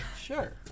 Sure